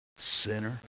sinner